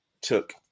took